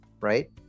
right